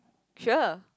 sure